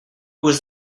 was